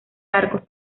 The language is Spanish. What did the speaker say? arcos